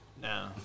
No